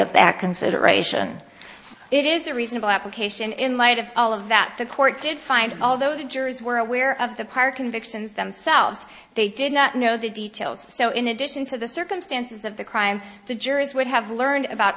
of that consideration it is a reasonable application in light of all of that the court did find although the jurors were aware of the park convictions themselves they did not know the details so in addition to the circumstances of the crime the jurors would have learned about